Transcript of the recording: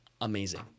amazing